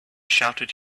shouted